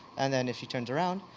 and then, if she turns around,